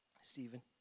Stephen